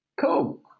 Cool